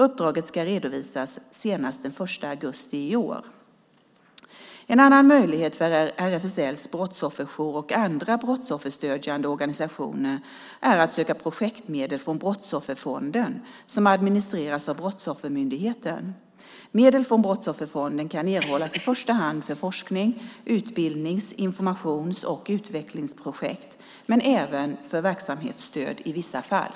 Uppdraget ska redovisas senast den 1 augusti i år. En annan möjlighet för RFSL:s brottsofferjour och andra brottsofferstödjande organisationer är att söka projektmedel från Brottsofferfonden som administreras av Brottsoffermyndigheten. Medel från Brottsofferfonden kan erhållas i första hand för forskning, utbildnings-, informations och utvecklingsprojekt, men även för verksamhetsstöd i vissa fall.